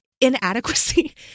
inadequacy